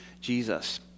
Jesus